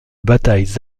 batailles